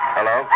Hello